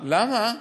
למה?